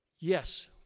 yes